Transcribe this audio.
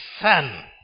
son